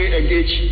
engage